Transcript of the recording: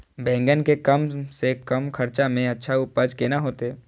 बेंगन के कम से कम खर्चा में अच्छा उपज केना होते?